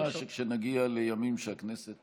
אני משוכנע שכשנגיע לימים שהכנסת